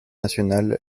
nationale